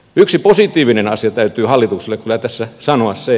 yksi positiivinen asia täytyy hallitukselle kyllä tässä sanoa